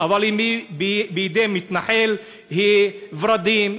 אבל אם היא בידי מתנחל היא ורדים,